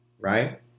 right